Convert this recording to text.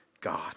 God